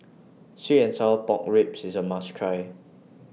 Sweet and Sour Pork Ribs IS A must Try